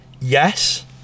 yes